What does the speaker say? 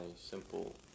simple